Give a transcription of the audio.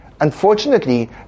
Unfortunately